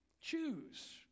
Choose